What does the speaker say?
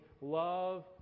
love